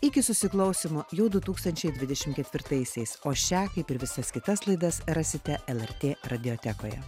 iki susiklausymo jau du tūkstančiai dvidešim ketvirtaisiais o šią kaip ir visas kitas laidas rasite lrt radiotekoje